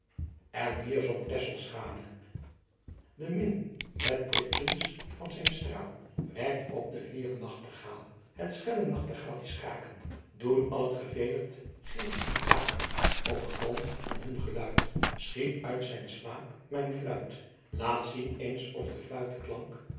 en hier zong tesselschade de min met prikjens van zijn straal wekt op den fieren nachtegaal het schelle nachtegaaltjes kaaken doen al t gevedert gildt ontwaaken op galm van hun geluidt schiet uit zijn slaap mijn fluit laat zien eens of de fluite